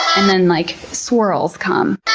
and then like swirls come,